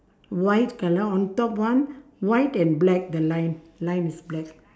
white colour on top one white and black the line line is black